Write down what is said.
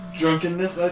drunkenness